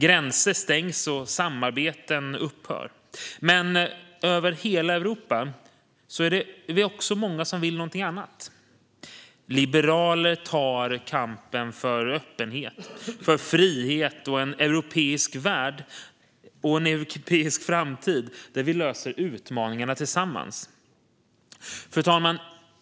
Gränser stängs, och samarbeten upphör. Men över hela Europa är vi också många som vill någonting annat. Liberaler tar kampen för öppenhet, för frihet och för en europeisk framtid där vi löser utmaningarna tillsammans. Fru talman!